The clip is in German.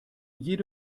jede